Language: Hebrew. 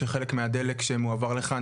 שחלק מהדלק שמועבר לכאן,